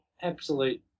absolute